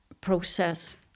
process